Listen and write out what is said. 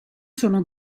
sono